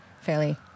fairly